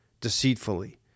deceitfully